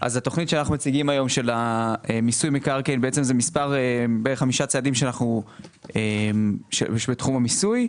התכנית שאנחנו מציגים היום היא חמישה צעדים בתחום המיסוי,